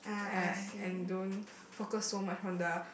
uh and don't focus so much on the